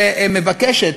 שמבקשת,